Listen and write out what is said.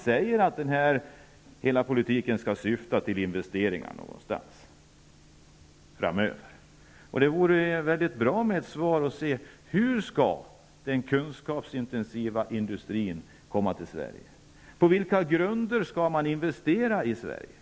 Regeringen säger att politiken skall syfta till investeringar framöver. Det vore mycket bra med ett svar på hur den kunskapsintensiva industrin skall komma till Sverige. På vilka grunder skall den investera i Sverige?